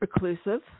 reclusive